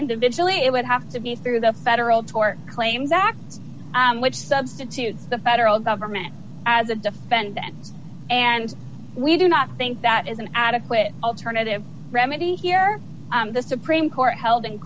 individually it would have to be through the federal tort claims act which substitutes the federal government as a defendant and we do not think that is an adequate alternative remedy here the supreme court held in